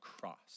cross